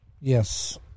Yes